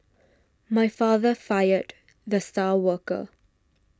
my father fired the star worker